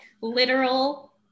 literal